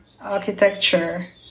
architecture